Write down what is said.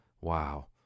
Wow